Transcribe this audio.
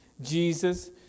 Jesus